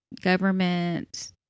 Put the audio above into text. government